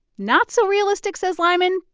not so realistic, says lyman,